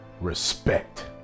respect